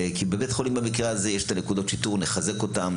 כי בבית חולים במקרה הזה יש נקודות שיטור נחזק אותן,